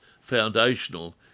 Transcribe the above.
foundational